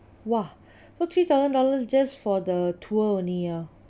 !wah! so three thousand dollars just for the tour only ah